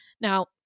Now